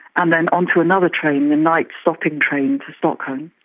and then on to another train, the night stopping train to stockholm.